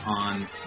on